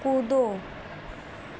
कूदो